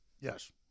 Yes